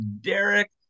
Derek